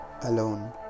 alone